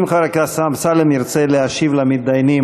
אם חבר הכנסת אמסלם ירצה להשיב למתדיינים,